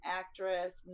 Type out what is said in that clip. actress